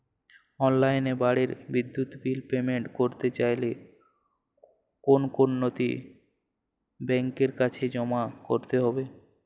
অনলাইনে বাড়ির বিদ্যুৎ বিল পেমেন্ট করতে চাইলে কোন কোন নথি ব্যাংকের কাছে জমা করতে হবে?